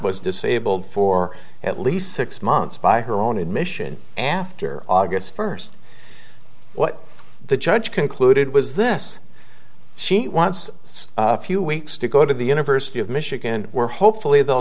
was disabled for at least six months by her own admission after august first what the judge concluded was this she wants a few weeks to go to the university of michigan where hopefully they'll